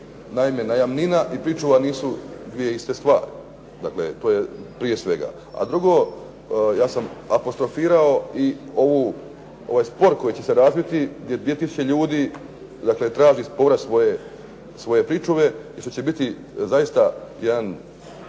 Naime, najamnina i pričuva nisu dvije iste stvari. Dakle, to je prije svega. A drugo, ja sam apostrofirao i ovaj spor koji će se razviti gdje 2 000 ljudi traži povrat svoje pričuve, što će biti zaista jedan